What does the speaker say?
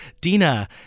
Dina